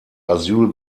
asyl